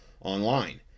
online